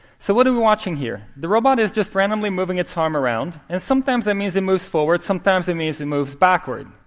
so what are we watching here? the robot is just randomly moving its arm around. and sometimes, that means it moves forward, sometimes it means it moves backward.